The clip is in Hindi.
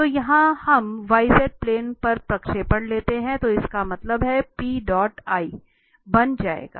तो यहाँ हम yz प्लेन पर प्रक्षेपण लेते हैं तो इसका मतलब है कि बन जाएगा